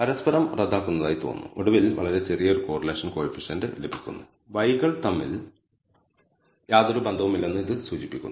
പരസ്പരം റദ്ദാക്കുന്നതായി തോന്നുന്നു ഒടുവിൽ വളരെ ചെറിയ ഒരു കോറിലേഷൻ കോയിഫിഷ്യന്റ് ലഭിക്കുന്നു y കൾ തമ്മിൽ യാതൊരു ബന്ധവുമില്ലെന്ന് ഇതു സൂചിപ്പിക്കുന്നില്ല